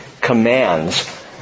commands